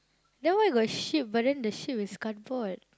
then why got sheep but then the sheep is cardboard